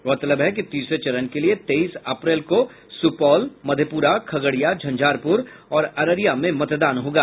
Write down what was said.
गौरतलब है कि तीसरे चरण के लिए तेईस अप्रैल को सुपौल मधेपुरा खगड़िया झंझारपुर और अररिया में मतदान होगा